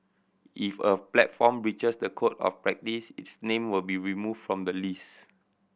if a platform breaches the Code of Practice its name will be removed from the list